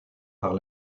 par